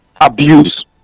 abuse